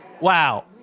Wow